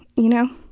you know?